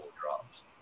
drops